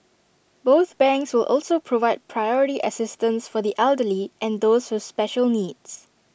both banks will also provide priority assistance for the elderly and those with special needs